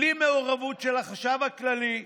בלי מעורבות של החשב הכללי,